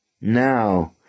Now